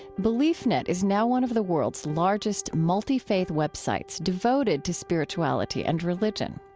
beliefnet is now one of the world's largest multifaith web sites devoted to spirituality and religion.